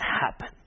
happen